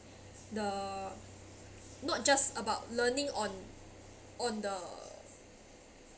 the not just about learning on on the